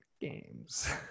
games